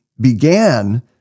began